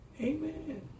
Amen